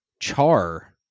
char